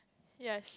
ya